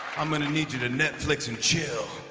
i'm gonna need you to netflix and chill.